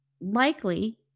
likely